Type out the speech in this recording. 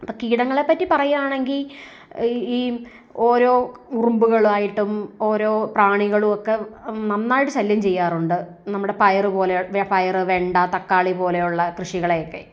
ഇപ്പ കീടങ്ങളെ പറ്റി പറയുകയാണെങ്കിൽ ഈ ഓരോ ഉറുമ്പുകളായിട്ടും ഓരോ പ്രാണികളുമൊക്കെ നന്നായിട്ട് ശല്യം ചെയ്യാറുണ്ട് നമ്മുടെ പയറു പോലെ പയർ വെണ്ട തക്കാളി പോലെയുള്ള കൃഷികളെയൊക്കെ